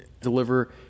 deliver